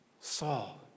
Saul